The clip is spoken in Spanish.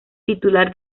titular